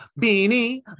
beanie